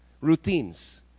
Routines